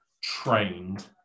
trained